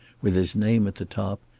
with his name at the top,